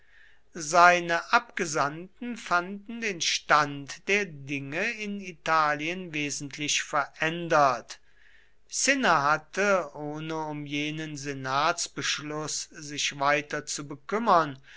seine abgesandten fanden den stand der dinge in italien wesentlich verändert cinna hatte ohne um jenen senatsbeschluß sich weiter zu bekümmern